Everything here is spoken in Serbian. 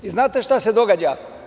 I znate šta se događa?